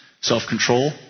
self-control